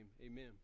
amen